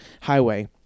highway